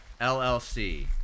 LLC